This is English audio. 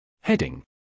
Heading